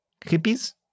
hippies